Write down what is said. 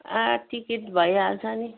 आ टिकेट भइहाल्छ नि